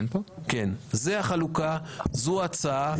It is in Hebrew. זו החלוקה, זו ההצעה.